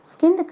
Skin